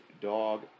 dog